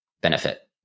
benefit